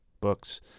books